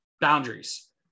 boundaries